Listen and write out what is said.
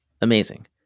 amazing